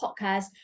podcast